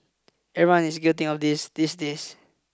everyone is guilty of this these days